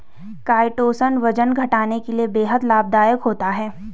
chitosan वजन घटाने के लिए बेहद लाभदायक होता है